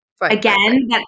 Again